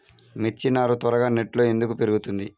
మిర్చి నారు త్వరగా నెట్లో ఎందుకు పెరుగుతుంది?